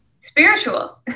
spiritual